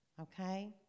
Okay